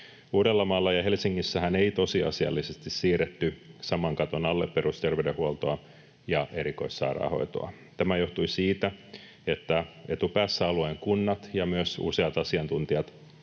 Uudellamaalla ja Helsingissähän ei tosiasiallisesti siirretty saman katon alle perusterveydenhuoltoa ja erikoissairaanhoitoa. Tämä johtui siitä, että etupäässä alueen kunnat ja myös useat asiantuntijat